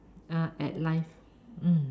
uh at life mm